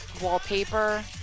wallpaper